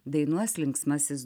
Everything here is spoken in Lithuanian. dainuos linksmasis